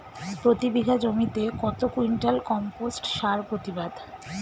প্রতি বিঘা জমিতে কত কুইন্টাল কম্পোস্ট সার প্রতিবাদ?